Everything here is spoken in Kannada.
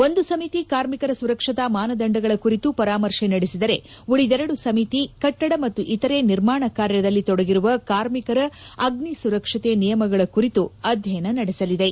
ಒಂದು ಸಮಿತಿ ಕಾರ್ಮಿಕರ ಸುರಕ್ಷತಾ ಮಾನದಂಡಗಳ ಕುರಿತು ಪರಾಮರ್ಶೆ ನಡೆಸಿದರೆ ಉಳಿದೆರಡು ಸಮಿತಿ ಕಟ್ವಡ ಮತ್ತು ಇತರೆ ನಿರ್ಮಾಣ ಕಾರ್ಯದಲ್ಲಿ ತೊಡಗಿರುವ ಕಾರ್ಮಿಕರ ಅಗ್ನಿ ಸುರಕ್ಷತೆ ನಿಯಮಗಳ ಕುರಿತು ಅಧ್ಯಯನ ನಡೆಸಲಿವೆ